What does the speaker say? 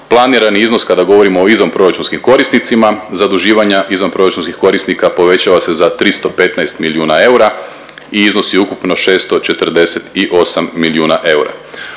Planirani iznos kada govorimo o izvanproračunskim korisnicima, zaduživanja izvanproračunskih korisnika povećava se za 315 milijuna eura i iznosi ukupno 648 milijuna eura.